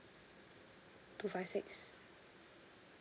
two five six